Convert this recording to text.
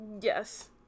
Yes